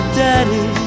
daddy